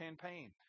campaign